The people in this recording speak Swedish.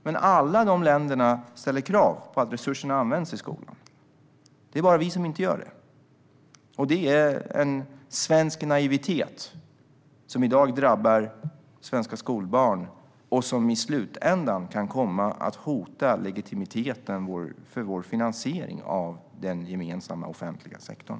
Men alla dessa länder ställer krav på att resurserna används i skolan. Det är bara vi som inte gör det, och detta är svensk naivitet som i dag drabbar svenska skolbarn och som i slutändan kan komma att hota legitimiteten för vår finansiering av den gemensamma offentliga sektorn.